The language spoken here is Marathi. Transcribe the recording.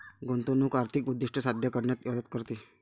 गुंतवणूक आर्थिक उद्दिष्टे साध्य करण्यात मदत करते